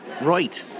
right